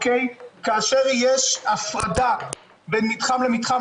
כאשר יש הפרדה בין מתחם למתחם,